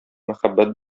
мәхәббәт